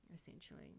essentially